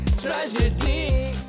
tragedy